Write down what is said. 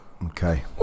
Okay